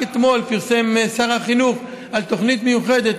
רק אתמול פרסם שר החינוך תוכנית מיוחדת